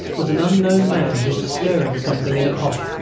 was an unknown man who was stirring something in a pot.